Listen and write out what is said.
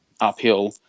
uphill